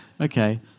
Okay